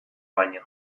baino